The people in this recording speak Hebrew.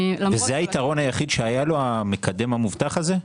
וזה היתרון היחיד שהיה לו, המקדם המובטח הזה?